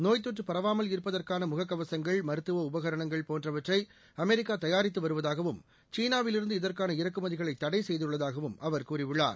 நோய்த் தொற்று பரவாமல் இருப்பதற்கான முகக்கவசங்கள் மருத்துவ உபகரணங்கள் போன்றவற்றை அமெரிக்கா தயாரித்து வருவதாகவும் சீனாவிலிருந்து இதற்கான இறக்குமதிகளை தடை செய்துள்ளதாகவும் அவர் கூறியுள்ளார்